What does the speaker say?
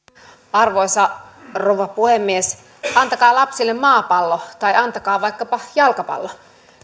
arvoisa rouva puhemies antakaa lapsille maapallo tai antakaa vaikkapa jalkapallo